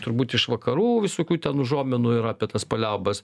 turbūt iš vakarų visokių ten užuominų yra apie tas paliaubas